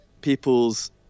people's